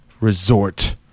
Resort